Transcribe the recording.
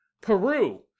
Peru